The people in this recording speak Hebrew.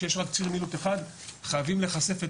כשיש רק ציר מילוט אחד חייבים לחשף את